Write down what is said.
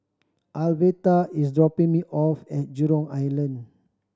Alverta is dropping me off at Jurong Island